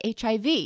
HIV